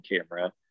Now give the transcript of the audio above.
camera